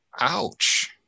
Ouch